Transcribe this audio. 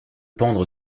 pendre